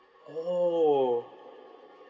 oh